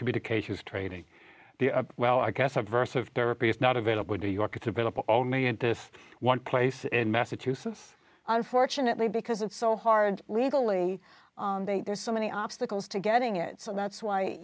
communications trading the well i guess a verse of therapy is not available in new york it's available only in one place in massachusetts unfortunately because it's so hard legally there's so many obstacles to getting it so that's why